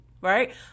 right